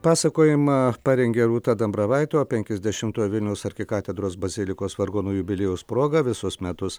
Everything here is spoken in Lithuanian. pasakojimą parengė rūta dambravaitė o penkiasdešimtojo vilniaus arkikatedros bazilikos vargonų jubiliejaus proga visus metus